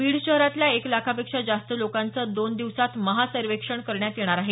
बीड शहरातल्या एक लाखापेक्षा जास्त लोकांचं दोन दिवसांत महासर्वेक्षण करण्यात येणार आहे